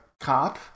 cop